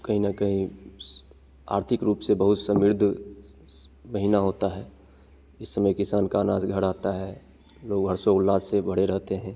कहीं ना कहीं स आर्थिक रूप से बहुत समृद्ध स महीना होता है इस समय किसान का अनाज घर आता है लोग हर्षोल्लास से भरे रहते हैं